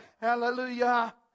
Hallelujah